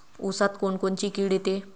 ऊसात कोनकोनची किड येते?